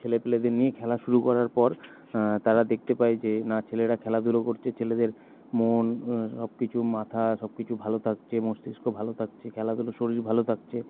ছেলেপিলেদের নিয়ে খেলা শুরু করার পর তারা দেখতে পায় যে না ছেলেরা খেলাধুলো করছে ছেলেদের মন সবকিছু মাথা সবকিছু ভালো থাকছে মস্তিষ্ক ভালো থাকছে খেলাধুলো শরীর ভালো থাকছে